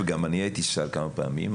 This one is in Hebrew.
גם אני הייתי שר כמה פעמים,